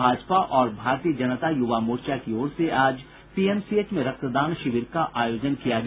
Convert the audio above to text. भाजपा और भारतीय जनता युवा मोर्चा की ओर से आज पीएमसीएच में रक्तदान शिविर का आयोजन किया गया